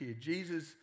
Jesus